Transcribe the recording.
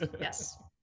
Yes